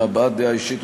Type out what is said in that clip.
מהבעת דעה אישית,